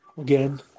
again